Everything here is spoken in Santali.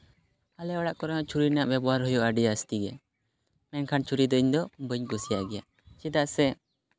ᱟᱞᱮ ᱚᱲᱟᱜ ᱠᱚᱨᱮᱱᱟᱜ ᱪᱷᱩᱨᱤ ᱨᱮᱱᱟᱜ ᱵᱮᱵᱚᱦᱟᱨ ᱦᱩᱭᱩᱜᱼᱟ ᱟᱹᱰᱤ ᱡᱟᱹᱥᱛᱤᱜᱮ ᱢᱮᱱᱠᱷᱟᱱ ᱪᱷᱩᱨᱤ ᱫᱚ ᱤᱧᱫᱚ ᱵᱟᱹᱧ ᱠᱩᱥᱤᱭᱟᱜ ᱜᱮᱭᱟ ᱪᱮᱫᱟᱜ ᱥᱮ